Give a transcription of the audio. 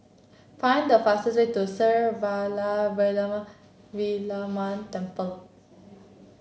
find the fastest way to Sri Vairavimada Kaliamman Temple